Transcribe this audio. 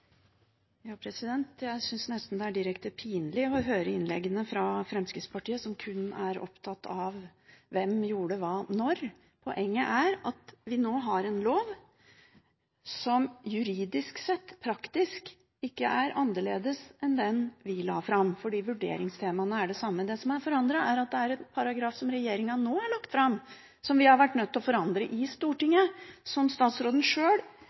direkte pinlig å høre innleggene fra Fremskrittspartiet som kun er opptatt av hvem som gjorde hva når. Poenget er at vi nå har en lov som juridisk sett, praktisk, ikke er annerledes enn den vi la fram. For vurderingstemaene er de samme. Det som er forandret, er at det er en paragraf som regjeringen nå har lagt fram, som vi har vært nødt til å forandre i Stortinget. Statsråden